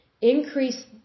increase